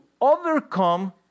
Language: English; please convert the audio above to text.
overcome